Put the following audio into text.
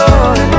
Lord